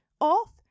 off